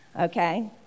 Okay